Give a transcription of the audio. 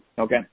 Okay